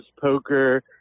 poker